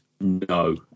No